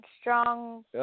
strong